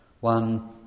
One